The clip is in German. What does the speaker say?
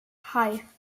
hei